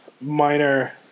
minor